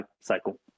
cycle